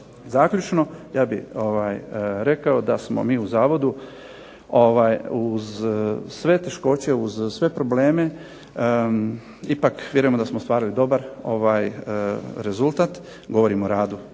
Zaključno. Ja bih rekao da smo mi u zavodu uz sve teškoće, uz sve probleme ipak vjerujemo da smo ostvarili dobar rezultat, govorim o radu